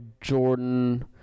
Jordan